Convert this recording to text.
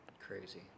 crazy